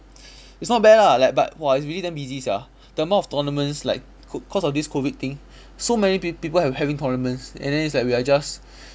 it's not bad lah like but !wah! it's really damn busy sia the amount of tournaments like c~ cause of this COVID thing so many pe~ people have having tournaments and then it's like we are just